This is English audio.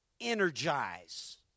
energize